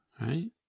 Right